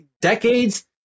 decades